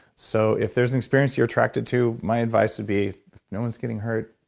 so if there's an experience you're attracted to, my advice would be if no one's getting hurt,